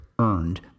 earned